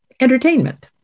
entertainment